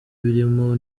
birimo